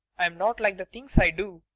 i'm not like the things i do.